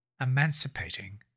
emancipating